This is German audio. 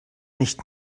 nicht